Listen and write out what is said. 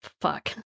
fuck